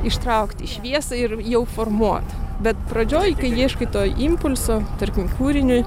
ištraukt į šviesą ir jau formuot bet pradžioj kai ieškai to impulso tarkim kūriniui